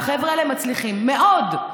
והחבר'ה האלה מצליחים מאוד.